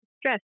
Stress